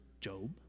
Job